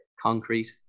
concrete